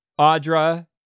Audra